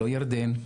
לא ירדן,